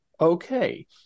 Okay